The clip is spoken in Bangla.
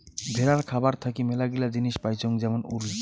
ভেড়ার খাবার থাকি মেলাগিলা জিনিস পাইচুঙ যেমন উল